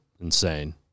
insane